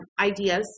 ideas